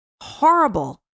Horrible